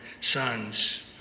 sons